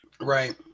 right